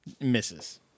Misses